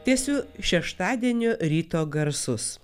tęsiu šeštadienio ryto garsus